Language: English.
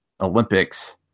Olympics